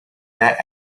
nat